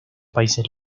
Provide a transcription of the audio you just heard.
países